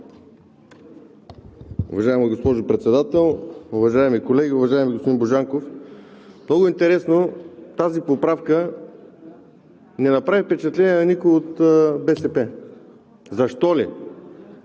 Уважаема госпожо Председател, уважаеми колеги! Уважаеми господин Божанков, много интересно, тази поправка не направи впечатление на никого от БСП. Защо ли?